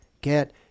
get